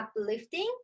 uplifting